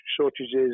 shortages